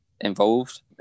involved